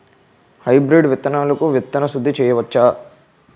Hybrid విత్తనాలకు విత్తన శుద్ది చేయవచ్చ?